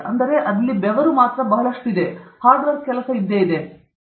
ಅದರಲ್ಲಿ ಬಹಳಷ್ಟು ಬೆವರು ಮಾತ್ರ ಆಗಿದೆ ಕೇವಲ ಹಾರ್ಡ್ ಕೆಲಸ ಸರಿ